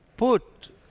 put